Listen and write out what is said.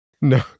No